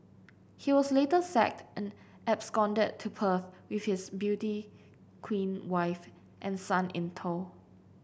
he was later sacked and absconded to Perth with his beauty queen wife and son in tow